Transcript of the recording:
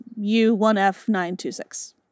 U1F926